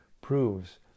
proves